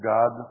God